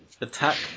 Attack